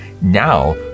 Now